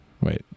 Wait